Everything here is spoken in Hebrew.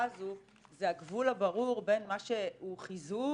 הזו זה הגבול הברור בין מה שהוא חיזור,